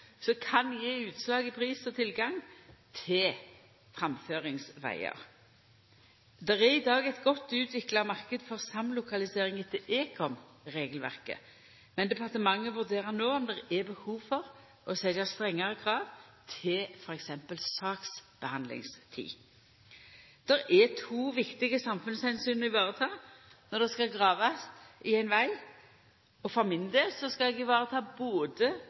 kan gje utslag i pris og tilgang til framføringsvegar. Det er i dag ein godt utvikla marknad for samlokalisering etter ekomregelverket, men departementet vurderer no om det er behov for å setja strengare krav til t.d. saksbehandlingstid. Det er to viktige samfunnsomsyn å ta vare på når det skal gravast i ein veg. For min del skal eg